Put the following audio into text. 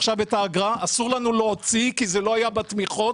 את האגרה אסור לנו להוציא כי זה לא היה בתמיכות.